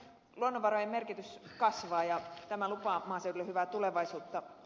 luonnonvarojen merkitys kasvaa ja tämä lupaa maaseudulle hyvää tulevaisuutta